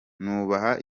nubaha